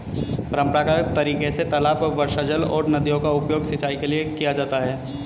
परम्परागत तरीके से तालाब, वर्षाजल और नदियों का उपयोग सिंचाई के लिए किया जाता है